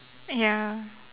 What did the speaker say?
ya